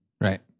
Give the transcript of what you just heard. right